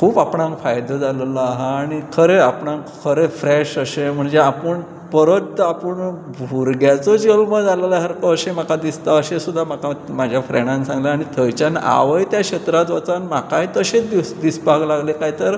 खूब आपणाक फायदो जाल्लो आसा आनी खरें आपणाक खरें फ्रेश अशें म्हणजे आपूण परत आपूण भुरग्याचोच जल्म जालेल्या सारको अशें म्हाका दिसता अशें सुद्दां म्हाका म्हाज्या फ्रेंडान सांगलें आनी थंयच्यान हांवूंय त्या क्षेत्रांत वचन म्हाकाय तशेंच दिसपाक लागलें काय तर